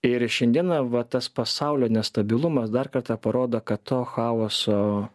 ir šiandieną va tas pasaulio nestabilumas dar kartą parodo kad to chaoso